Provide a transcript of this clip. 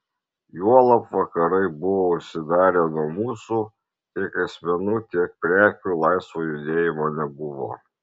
juolab vakarai buvo užsidarę nuo mūsų tiek asmenų tiek prekių laisvo judėjimo nebuvo